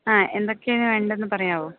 ആ എന്തൊക്കെയാണ് വേണ്ടതെന്ന് പറയാമോ